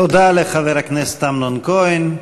תודה לחבר הכנסת אמנון כהן.